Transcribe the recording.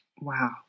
Wow